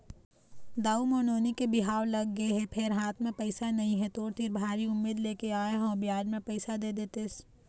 दाऊ मोर नोनी के बिहाव लगगे हे फेर हाथ म पइसा नइ हे, तोर तीर भारी उम्मीद लेके आय हंव बियाज म पइसा दे देतेस